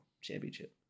championship